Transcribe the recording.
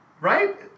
Right